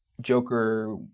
joker